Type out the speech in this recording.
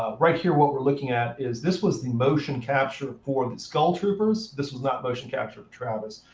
right here, what we're looking at is this was the motion capture for the skull troopers. this was not motion capture of travis.